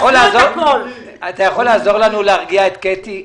בועז, אתה יכול לעזור לנו להרגיע את קטי?